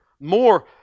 More